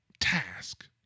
task